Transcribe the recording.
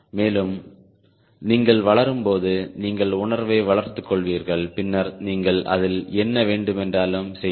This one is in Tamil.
மேலும் நீங்கள் வளரும்போது நீங்கள் உணர்வை வளர்த்துக் கொள்வீர்கள் பின்னர் நீங்கள் அதில் என்ன வேண்டுமென்றாலும் செய்யலாம்